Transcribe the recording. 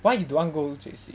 why you don't want go J_C